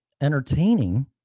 Entertaining